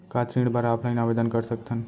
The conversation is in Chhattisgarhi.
का ऋण बर ऑफलाइन आवेदन कर सकथन?